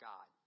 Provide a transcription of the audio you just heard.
God